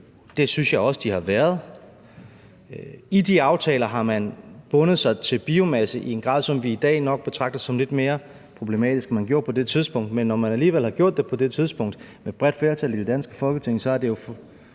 hvilket jeg også synes de har været. I de aftaler har man bundet sig til biomasse i en grad, som vi i dag nok betragter som lidt mere problematisk, end man gjorde på det tidspunkt, men når man alligevel har gjort det på det tidspunkt med et bredt flertal i det danske Folketing, er det